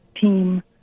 team